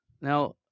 Now